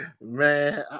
man